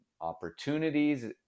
opportunities